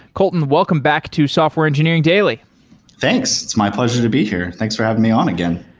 kolton, welcome back to software engineering daily thanks. it's my pleasure to be here. thanks for having me on again.